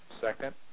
Second